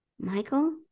Michael